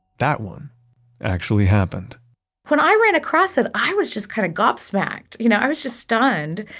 that one actually happened when i ran across it. i was just kind of gobsmacked, you know, i was just stunned.